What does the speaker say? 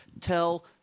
tell